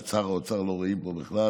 את שר האוצר לא רואים פה בכלל,